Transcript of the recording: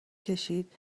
کشید